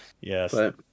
yes